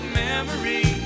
memory